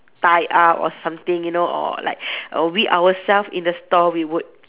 tie up or something you know or like we ourself in the store we would